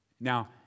Now